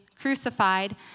crucified